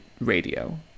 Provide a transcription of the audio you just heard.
radio